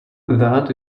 that